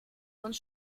uns